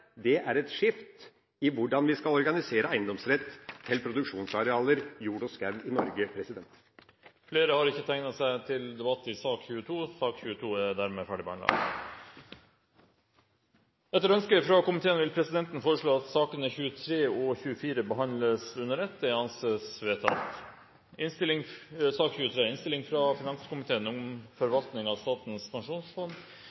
Det er et skifte i hvordan vi skal organisere eiendomsrett til produksjonsarealer – jord og skau – i Norge. Flere har ikke bedt om ordet til sak nr. 22. Etter ønske fra finanskomiteen vil presidenten foreslå at sakene nr. 23 og 24 behandles under ett. – Det anses vedtatt. Etter ønske fra finanskomiteen